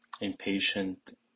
impatient